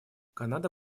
канада